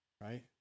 right